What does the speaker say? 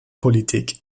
politik